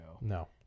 No